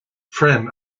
fran